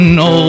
no